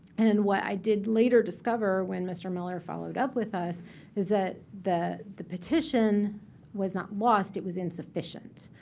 and what i did later discover when mr. miller followed up with us is that the the petition was not lost. it was insufficient.